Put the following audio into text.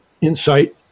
insight